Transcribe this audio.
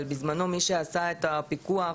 אבל בזמנו מי שעשה את הפיקוח,